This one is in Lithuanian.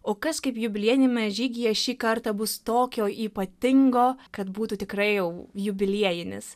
o kas kaip jubiliejiniame žygyje šį kartą bus tokio ypatingo kad būtų tikrai jau jubiliejinis